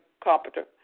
Carpenter